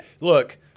Look